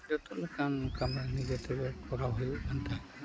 ᱡᱚᱛᱚ ᱞᱮᱠᱟᱱ ᱠᱟᱹᱢᱤ ᱱᱤᱡᱮᱛᱮᱜᱮ ᱠᱚᱨᱟᱣ ᱦᱩᱭᱩᱜ ᱠᱟᱱ ᱛᱟᱦᱮᱸ